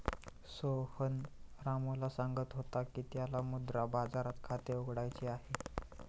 सोहन रामूला सांगत होता की त्याला मुद्रा बाजारात खाते उघडायचे आहे